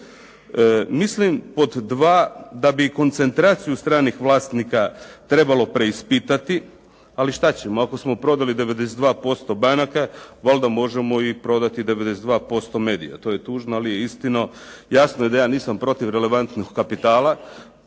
Mislim od dva da bi koncentraciju stranih vlasnika trebalo preispitati, ali što ćemo ako smo prodali 92% banaka, valjda možemo prodati 92% medija. To je tužno ali je istina. Jasno je da ja nisam protiv relevantnog kapitala,